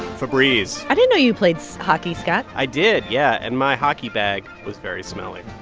febreeze i didn't know you played hockey, scott i did, yeah. and my hockey bag was very smelly.